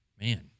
man